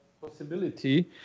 possibility